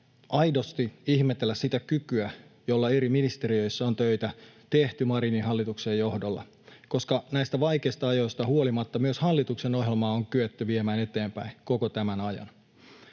aidosti ihmetellä sitä kykyä, jolla eri ministeriöissä on töitä tehty Marinin hallituksen johdolla, koska näistä vaikeista ajoista huolimatta myös hallituksen ohjelmaa on kyetty viemään eteenpäin koko tämän ajan